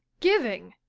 giving!